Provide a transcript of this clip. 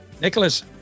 Nicholas